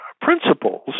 principles